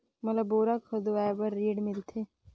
मोला बोरा खोदवाय बार ऋण मिलथे?